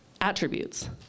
attributes